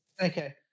Okay